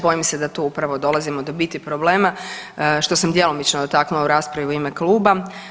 Bojim se da tu upravo dolazimo do biti problem, što sam djelomično dotaknula u raspravi u ime kluba.